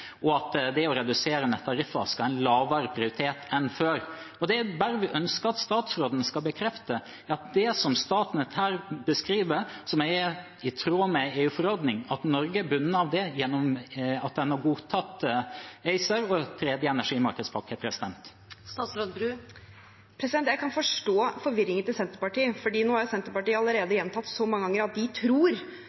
og at det å redusere tariffer skal ha en lavere prioritet enn før. Det jeg ønsker at statsråden skal bekrefte, er at det som Statnett her beskriver, som er i tråd med EU-forordningen, er Norge bundet av gjennom at en har godtatt ACER og tredje energimarkedspakke. Jeg kan forstå forvirringen til Senterpartiet, for nå har Senterpartiet allerede gjentatt mange ganger at de tror